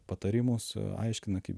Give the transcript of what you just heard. patarimus aiškina kaip